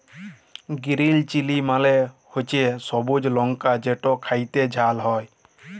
গিরিল chilli মালে হছে সবুজ লংকা যেট খ্যাইতে ঝাল হ্যয়